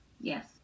yes